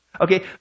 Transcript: Okay